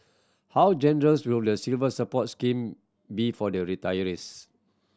how generous will the Silver Support scheme be for the retirees